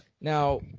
Now